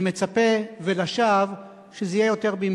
אני מצפה, ולשווא, שזה יהיה יותר במתינות.